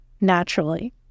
naturally